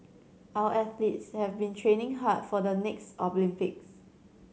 our athletes have been training hard for the next Olympics